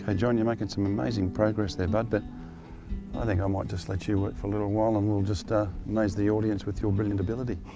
ah john, you're making some amazing progress there bud, but i think i might just let you work for a little while and we'll just ah amaze the audience with your brilliant ability.